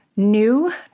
new